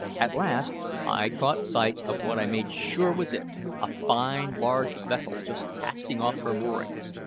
at last i caught sight of what i made sure was it a fine large vessel just casting off her moorings.